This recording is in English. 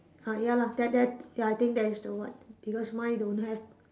uh ya lah that that ya I think that is the what because mine don't have